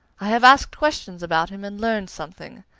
i have asked questions about him and learned something.